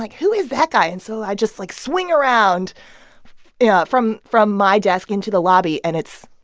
like who is that guy? and so i just, like, swing around yeah from from my desk into the lobby. and it's.